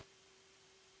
Hvala